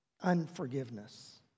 unforgiveness